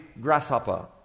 grasshopper